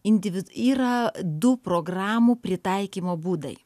individ yra du programų pritaikymo būdai